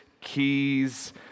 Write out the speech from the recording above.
keys